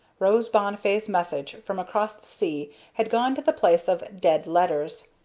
rose bonnifay's message from across the sea had gone to the place of dead letters,